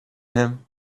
him